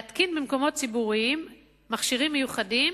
להתקין במקומות ציבוריים מכשירים מיוחדים,